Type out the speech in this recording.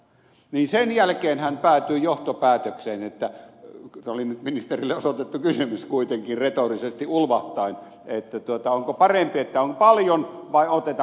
sen jälkeen hän päätyi johtopäätökseen joka oli ministerille osoitettu kysymys kuitenkin retorisesti ulvahtaen onko parempi että on paljon vai otetaanko vähän